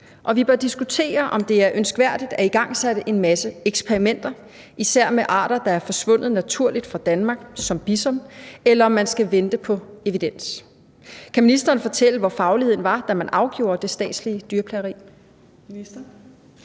vi bør diskutere, om det er ønskværdigt at igangsætte en masse eksperimenter, især med arter, der er forsvundet naturligt fra Danmark, som bison, eller om man skal vente på evidens. Kan ministeren fortælle, hvor fagligheden var, da man afgjorde det statslige dyrplageri?